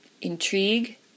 intrigue